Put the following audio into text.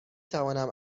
توانم